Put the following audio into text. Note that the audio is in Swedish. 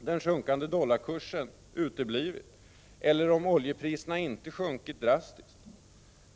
den sjunkande dollarkursen uteblivit? Om oljepriserna inte sjunkit drastiskt?